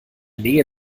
nähe